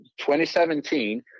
2017